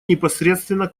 непосредственно